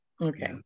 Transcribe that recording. Okay